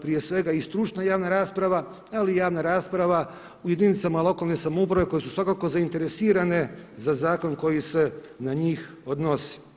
prije svega i stručna javna rasprava, ali i javna rasprava u jedinicama lokalne samouprave koje su svakako zainteresirane za zakon koji se na njih odnosi.